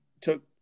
took